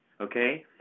okay